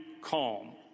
calm